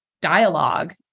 dialogue